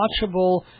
watchable